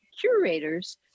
curators